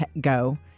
go